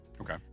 Okay